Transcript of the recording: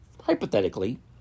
Hypothetically